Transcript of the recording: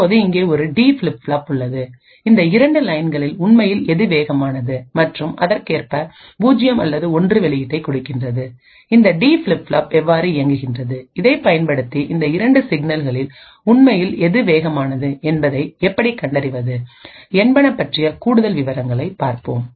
இப்போது இங்கே ஒரு டி ஃபிளிப் ஃப்ளாப் உள்ளது இது இந்த இரண்டு லைன்களில் உண்மையில் எது வேகமானது மற்றும் அதற்கேற்ப 0 அல்லது 1 வெளியீட்டைக் கொடுக்கிறது இந்த டி ஃபிளிப் ஃப்ளாப் எவ்வாறு இயங்குகிறது இதைப் பயன்படுத்தி இந்த இரண்டு சிக்னல்களில் உண்மையில் எது வேகமானது என்பதை எப்படி கண்டறிவது என்பது பற்றிய கூடுதல் விவரங்களைப் பார்ப்போம்